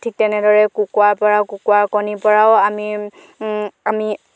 ঠিক তেনেদৰে কুকুৰাৰ পৰা কুকুৰাৰ কণীৰ পৰাও আমি আমি